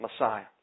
Messiah